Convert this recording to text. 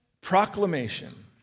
proclamation